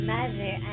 Mother